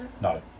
No